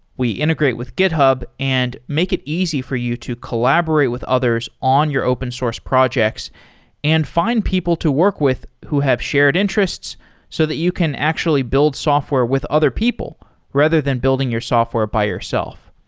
we integrate with github and make it easy for you to collaborate with others on your open source projects and find people to work with who have shared interests so that you can actually build software with other people rather than building your software by yourself.